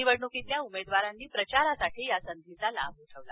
निवडणुकीतल्या उमेदवारांनी प्रचारासाठी या संधीचा लाभ उठवला